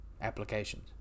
applications